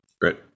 Great